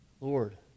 Lord